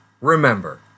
Remember